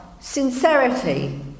sincerity